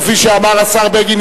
כפי שאמר השר בגין,